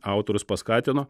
autorius paskatino